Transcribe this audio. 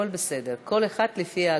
כל אחד לפי הגובה.